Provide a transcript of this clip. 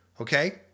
Okay